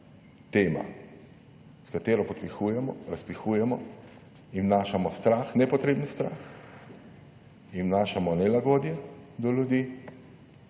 tema, s katero podpihujemo, razpihujemo in vnašamo strah, nepotreben strah, vnašamo nelagodje do ljudi